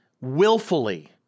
willfully